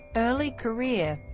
early career